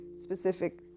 specific